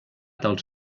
dels